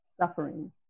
suffering